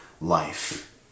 life